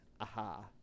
aha